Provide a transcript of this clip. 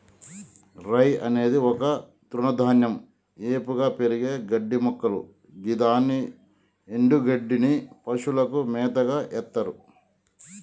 రై అనేది ఒక తృణధాన్యం ఏపుగా పెరిగే గడ్డిమొక్కలు గిదాని ఎన్డుగడ్డిని పశువులకు మేతగ ఎత్తర్